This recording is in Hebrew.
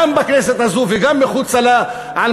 גם בכנסת הזאת וגם מחוצה לה,